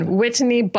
Whitney